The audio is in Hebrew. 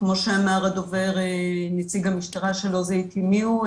כמו שאמר נציג המשטרה שלא זיהיתי מי הוא,